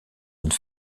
une